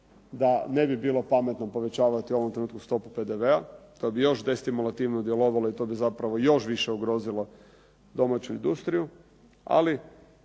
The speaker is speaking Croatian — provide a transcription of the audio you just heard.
da ne bi bilo pametno povećavati u ovom trenutku stopu PDV-a. To bi još destimulativno djelovalo i to bi zapravo još više ugrozilo domaću industriju ali